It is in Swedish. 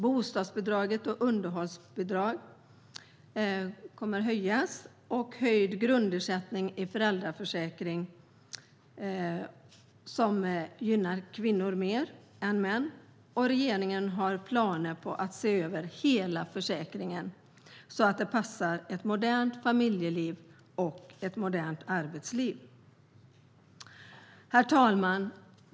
Bostadsbidraget och underhållsbidraget kommer att höjas, och det blir en höjd grundersättning i föräldraförsäkringen, vilket gynnar kvinnor mer än män. Regeringen har även planer på att se över hela försäkringen så att den passar ett modernt familjeliv och arbetsliv. Herr talman!